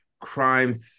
crime